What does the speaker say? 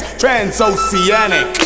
transoceanic